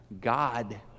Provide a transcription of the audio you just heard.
God